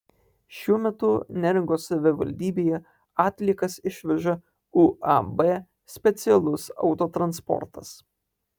šiuo metu neringos savivaldybėje atliekas išveža uab specialus autotransportas